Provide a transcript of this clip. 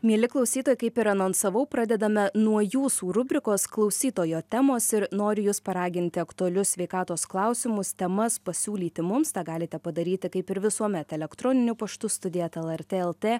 mieli klausytojai kaip ir anonsavau pradedame nuo jūsų rubrikos klausytojo temos ir noriu jus paraginti aktualius sveikatos klausimus temas pasiūlyti mums tą galite padaryti kaip ir visuomet elektroniniu paštu studija eta lrt lt